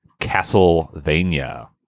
Castlevania